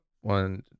one